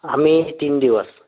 आम्ही तीन दिवस